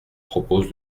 propose